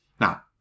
Now